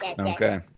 Okay